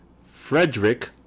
Frederick